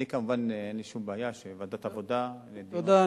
אני, כמובן, אין לי שום בעיה שוועדת העבודה, תודה.